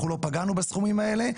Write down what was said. אנחנו לא פגענו בסכומים האלה.